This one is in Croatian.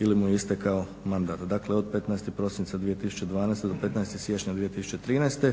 ili mu je istekao mandat. Dakle, od 15. prosinca 2012. do 15. siječnja 2013.